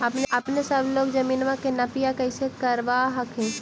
अपने सब लोग जमीनमा के नपीया कैसे करब हखिन?